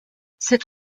cette